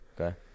Okay